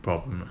problem